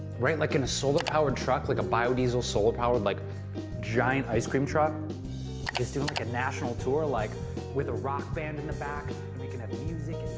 right? like in a solar powered truck. like a bio-diesel solar powered like giant ice cream truck that's doing a national tour like with a rock band in the back. you can have music